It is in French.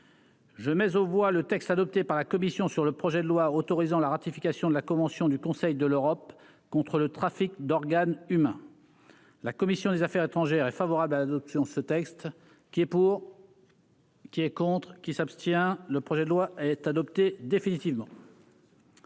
Je mais aux voix le texte adopté par la commission sur le projet de loi autorisant la ratification de la convention du Conseil de l'Europe contre le trafic d'organes humains, la commission des Affaires étrangères est favorable à l'adoption, ce texte qui est pour. Qui est contre qui s'abstient le projet de loi est adopté définitivement.